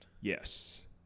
Yes